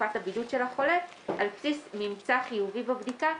תקופת הבידוד של החולה על בסיס ממצא חיובי בבדיקה",